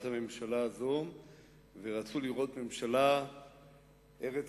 הממשלה הזאת ורצו לראות ממשלה ארץ-ישראלית,